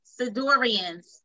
Sidorians